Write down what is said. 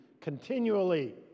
continually